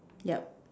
yup